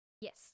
Yes